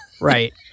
right